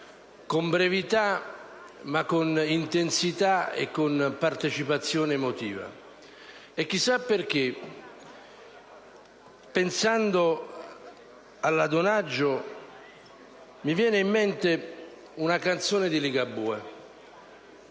con brevità, ma con intensità e con partecipazione emotiva. Chissà perché, pensando alla senatrice Donaggio, mi viene in mente una canzone di Ligabue: